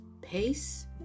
pace